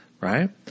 Right